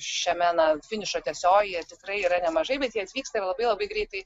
šiame na finišo tiesiojoje tikrai yra nemažai bet jie atvyksta labai labai greitai